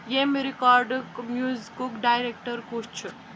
ییمِہ ریکارڈُک میوزِکُک ڈایریکٹر کُس چھُ